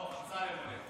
אוה, אמסלם עולה.